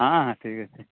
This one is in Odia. ହଁ ହଁ ଠିକ୍ ଅଛି